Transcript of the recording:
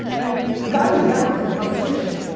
and the guy was down for the conversation.